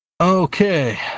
Okay